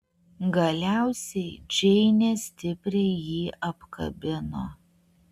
galiausiai džeinė stipriai jį apkabino